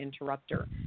interrupter